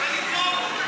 ונתמוך,